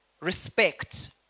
respect